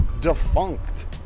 defunct